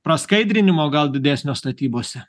praskaidrinimo gal didesnio statybose